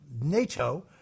NATO